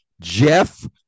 Jeff